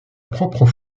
propre